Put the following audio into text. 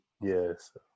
Yes